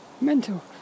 Mental